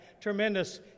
tremendous